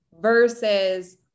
versus